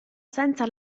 senza